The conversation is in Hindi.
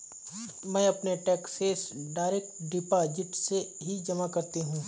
मैं अपने टैक्सेस डायरेक्ट डिपॉजिट से ही जमा करती हूँ